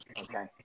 Okay